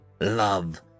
love